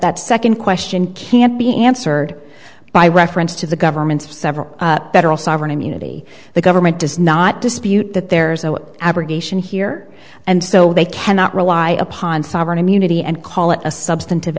that second question can't be answered by reference to the governments of several federal sovereign immunity the government does not dispute that there's no abrogation here and so they cannot rely upon sovereign immunity and call it a substantive